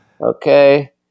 okay